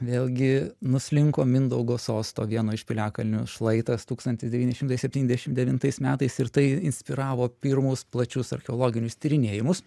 vėlgi nuslinko mindaugo sosto vieno iš piliakalnių šlaitas tūkstantis devyni šimtai septyniasdešim devintais metais ir tai inspiravo pirmus plačius archeologinius tyrinėjimus